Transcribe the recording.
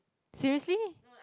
seriously